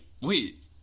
Wait